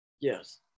yes